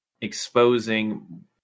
exposing